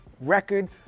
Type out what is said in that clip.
record